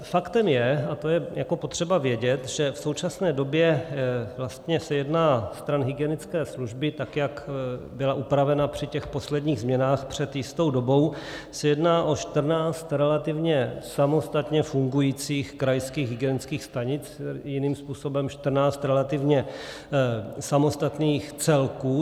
Faktem je, a to je potřeba vědět, že v současné době vlastně se jedná stran hygienické služby, tak jak byla upravena při těch posledních změnách před jistou dobou, se jedná o 14 relativně samostatně fungujících krajských hygienických stanic, jiným způsobem 14 relativně samostatných celků.